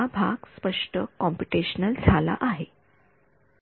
तर हा भाग स्पष्ट कॉम्पुटेशनल झाला आहे